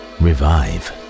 revive